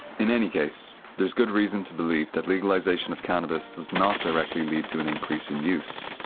in any case, there is good reason to believe that legalization of cannabis does not directly lead to an increase in use,